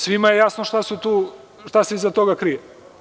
Svima je jasno šta se iza toga krije.